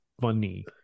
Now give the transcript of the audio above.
funny